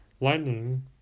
Lightning